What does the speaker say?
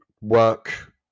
work